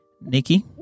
Nikki